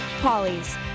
Polly's